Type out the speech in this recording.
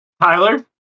Tyler